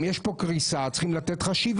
אם יש פה קריסה, צריך לתת חשיבה.